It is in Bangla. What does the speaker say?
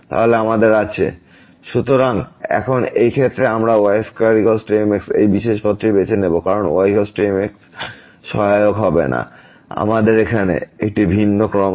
তাহলে আমাদের আছে fxyx4y4x2y43xy≠00 0xy00 সুতরাং এখন এই ক্ষেত্রে আমরা y2 mx এই বিশেষ পথটি বেছে নেব কারণ y mx সহায়ক হবে না আমাদের এখানে একটি ভিন্ন ক্রম আছে